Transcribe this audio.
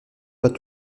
pas